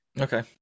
Okay